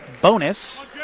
bonus